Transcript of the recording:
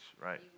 right